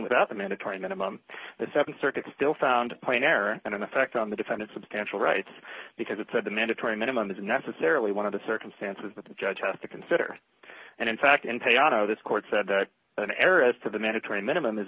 without a mandatory minimum the th circuit still found a point error and an effect on the defendant substantial rights because it said the mandatory minimum is necessarily one of the circumstances that the judge has to consider and in fact in tejano this court said an area for the mandatory minimum is